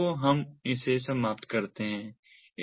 तो हम इसे समाप्त करते हैं